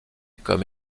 comme